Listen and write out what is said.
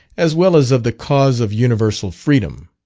as well as of the cause of universal freedom.